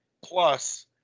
plus